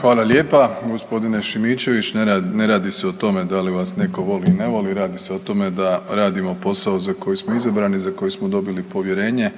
Hvala lijepa g. Šimičević, ne radi se o tome da li vas neko voli ili ne voli, radi se o tome da radimo posao za koji smo izabrani, za koji smo dobili povjerenje,